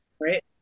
Right